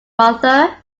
mother